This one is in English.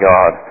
God